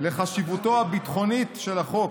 לחשיבותו הביטחונית של החוק.